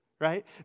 Right